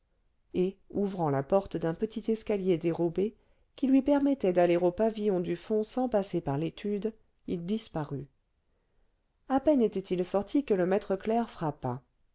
et ouvrant la porte d'un petit escalier dérobé qui lui permettait d'aller au pavillon du fond sans passer par l'étude il disparut à peine était-il sorti que le maître clerc